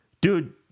Dude